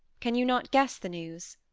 can you not guess the news?